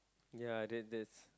ya then that's